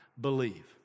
believe